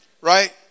Right